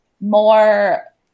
more